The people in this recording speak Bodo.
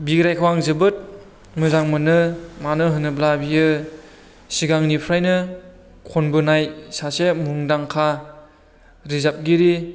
बिग्राइखौ आं जोबोद मोजां मोनो मानो होनोब्ला बियो सिगांनिफ्रायनो खनबोनाय सासे मुंदांखा रोजाबगिरि